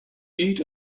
eat